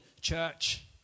church